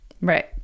Right